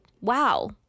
wow